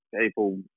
people